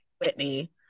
Whitney